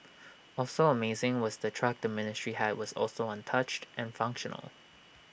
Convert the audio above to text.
also amazing was the truck the ministry had was also untouched and functional